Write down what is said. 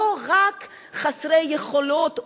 לא רק חסרי יכולות,